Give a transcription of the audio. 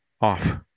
Off